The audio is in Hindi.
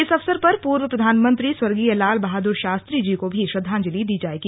इस अवसर पर पूर्व प्रधानमंत्री स्वर्गीय लाल बहादुर शास्त्री जी को भी श्रद्धांजलि दी जाएगी